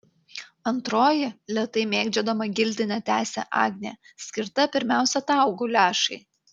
antroji lėtai mėgdžiodama giltinę tęsia agnė skirta pirmiausia tau guliašai